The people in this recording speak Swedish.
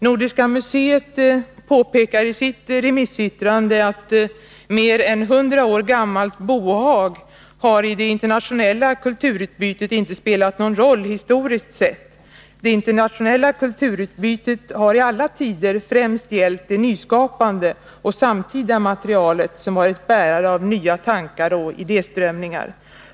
Nordiska museet påpekar i sitt remissyttrande: ”Det internationella kulturutbytet har i alla tider främst gällt det nyskapade och samtida materialet, som varit bärare av nya tankar och idéströmningar. Mer än 100 år gammalt bohag har i det internationella kulturutbytet inte spelat någon roll historiskt sett.